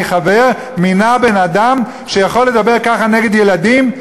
חבר מינה בן-אדם שיכול לדבר ככה נגד ילדים.